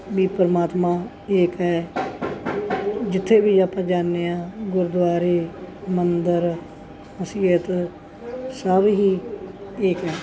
ਵੀ ਪਰਮਾਤਮਾ ਏਕ ਹੈ ਜਿੱਥੇ ਵੀ ਆਪਾਂ ਜਾਂਦੇ ਹਾਂ ਗੁਰਦੁਆਰੇ ਮੰਦਰ ਮਸੀਤ ਸਭ ਹੀ ਏਕ ਹੈ